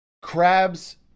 Crabs